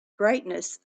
brightness